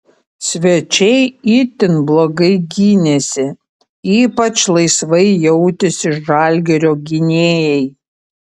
svečiai itin blogai gynėsi ypač laisvai jautėsi žalgirio gynėjai